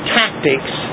tactics